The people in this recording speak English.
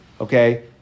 okay